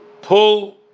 pull